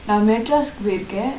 நா:naa madras பேயிருக்கேன்:peyruken